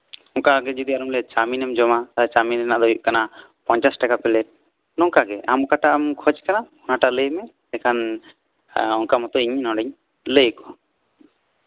ᱚᱱᱠᱟᱜᱮ ᱡᱚᱫᱤ ᱪᱟᱣᱢᱤᱱ ᱮᱢ ᱡᱚᱢᱟ ᱪᱟᱣᱢᱤᱱ ᱨᱮᱱᱟᱜ ᱫᱚ ᱦᱩᱭᱩᱜ ᱠᱟᱱᱟ ᱯᱚᱧᱪᱟᱥ ᱴᱟᱠᱟ ᱯᱮᱞᱮᱴ ᱱᱚᱝᱠᱟᱜᱮ ᱟᱢ ᱚᱠᱟᱴᱟᱜ ᱮᱢ ᱠᱷᱚᱡᱽ ᱠᱟᱱᱟ ᱚᱱᱟᱴᱟᱜ ᱞᱟᱹᱭᱢᱮ ᱮᱱᱰᱮ ᱠᱷᱟᱱ ᱚᱱᱠᱟ ᱢᱚᱛᱚ ᱱᱚᱰᱮᱧ ᱞᱟᱹᱭ ᱠᱚᱣᱟ